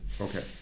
Okay